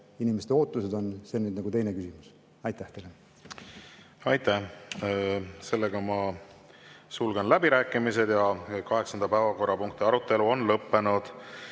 inimeste ootused on. See on nüüd nagu teine küsimus. Aitäh teile! Aitäh! Ma sulgen läbirääkimised ja kaheksanda päevakorrapunkti arutelu on lõppenud. Head